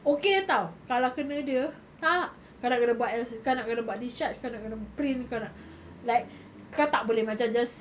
okay [tau] kalau kena dia tak kau kena buat kau nak kena buat discharge kau nak kena print kau nak like kau tak boleh macam just